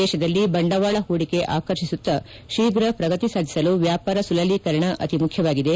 ದೇಶದಲ್ಲಿ ಬಂಡವಾಳ ಪೂಡಿಕೆ ಆಕರ್ಷಿಸುತ್ತಾ ಶೀಘ್ರ ಪ್ರಗತಿ ಸಾಧಿಸಲು ವ್ಯಾಪಾರ ಸುಲಲೀಕರಣ ಅತಿ ಮುಖ್ಯವಾಗಿದೆ